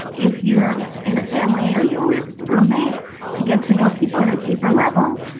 if you're in a family or you're with roommates to get to know people at a deeper level,